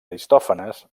aristòfanes